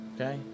Okay